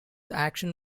action